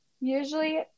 usually